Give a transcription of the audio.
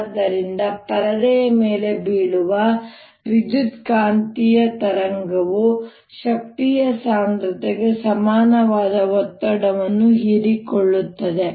ಆದ್ದರಿಂದ ಪರದೆಯ ಮೇಲೆ ಬೀಳುವ ವಿದ್ಯುತ್ಕಾಂತೀಯ ತರಂಗವು ಶಕ್ತಿಯ ಸಾಂದ್ರತೆಗೆ ಸಮಾನವಾದ ಒತ್ತಡವನ್ನು ಹೀರಿಕೊಳ್ಳುತ್ತದೆ